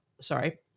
sorry